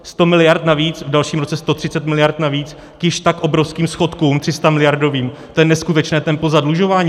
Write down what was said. Sto miliard navíc, v dalším roce 130 mld. navíc k již tak obrovským schodkům 300miliardovým, to je neskutečné tempo zadlužování.